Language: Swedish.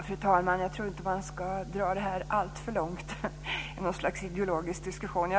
Fru talman!